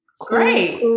Great